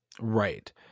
Right